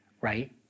right